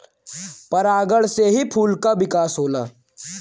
परागण से ही फूल क विकास होला